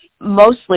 mostly